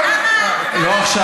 לא עכשיו.